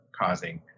causing